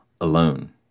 alone